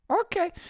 Okay